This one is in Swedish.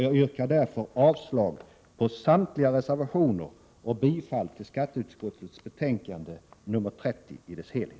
Jag yrkar därför avslag på samtliga reservationer och bifall till hemställan i skatteutskottets betänkande nr 30 i dess helhet.